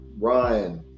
Ryan